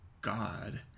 God